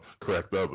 correct